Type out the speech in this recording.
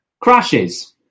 crashes